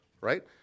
right